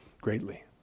greatly